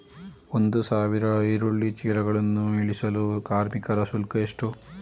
ಒಂದು ಸಾವಿರ ಈರುಳ್ಳಿ ಚೀಲಗಳನ್ನು ಇಳಿಸಲು ಕಾರ್ಮಿಕರ ಶುಲ್ಕ ಎಷ್ಟು?